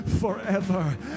forever